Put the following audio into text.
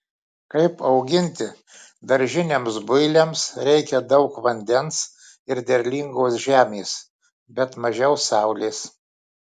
kaip auginti daržiniams builiams reikia daug vandens ir derlingos žemės bet mažiau saulės